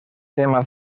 tema